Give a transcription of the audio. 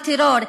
לטרור,